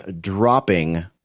dropping